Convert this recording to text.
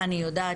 אני יודעת